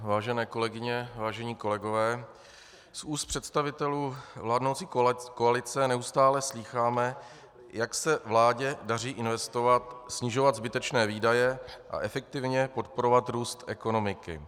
Vážené kolegyně, vážení kolegové, z úst představitelů vládnoucí koalice neustále slýcháme, jak se vládě daří investovat, snižovat zbytečné výdaje a efektivně podporovat růst ekonomiky.